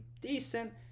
decent